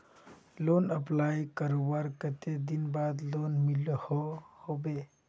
Loan apply करवार कते दिन बाद लोन मिलोहो होबे?